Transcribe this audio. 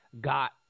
got